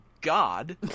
God